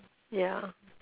ya